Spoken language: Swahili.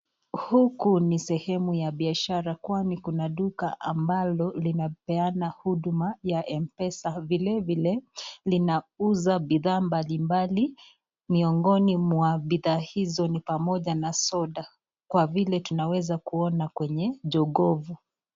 Huku ni sehemu ya biashara kwani kuna duka ambalo linapeana huduma ya Mpesa. Vilevile linauza bidhaa mbali mbali miongoni mwa bidhaa hizo ni pamoja na soda kwa vile tunaweza kuona kwenye jokofu.